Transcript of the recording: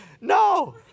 No